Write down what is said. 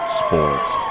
sports